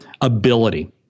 ability